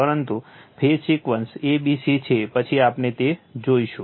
પરંતુ phase sequence a b c છે પછી આપણે તે જોઈશું